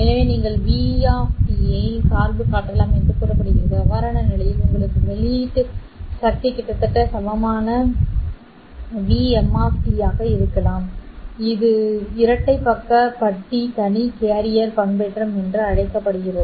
எனவே நீங்கள் V at இல் சார்பு காட்டலாம் என்று கூறப்படுகிறது அவ்வாறான நிலையில் உங்கள் வெளியீட்டு சக்தி கிட்டத்தட்ட சமமான tom2 ஆக இருக்கும் இது இரட்டை பக்கப்பட்டி தனி கேரியர் பண்பேற்றம் என்று அழைக்கப்படுகிறது